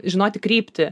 žinoti kryptį